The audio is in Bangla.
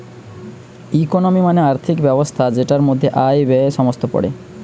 ইকোনমি মানে আর্থিক ব্যবস্থা যেটার মধ্যে আয়, ব্যয়ে সমস্ত পড়ে